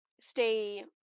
stay